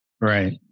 Right